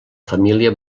família